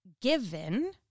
given